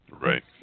Right